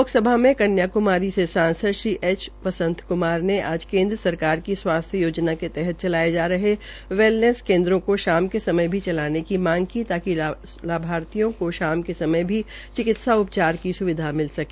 लोकसभा में कन्या क्मारी से सांसद श्री एच वंसथ क्मार ने आज केन्द्र सरकार की स्वास्थ्य योजना सीजीएचएस के तहत चलाये जा रहे वेलनेस केन्द्रों को शाम के समय भी चलाने की मांग की ताकि लाभार्थियों को शाम के सयम भी चिकित्सा उपचार की स्विधा मिल सके